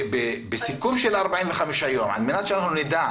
בסיכום של 45 יום, על מנת שאנחנו נדע.